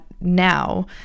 now